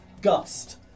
Gust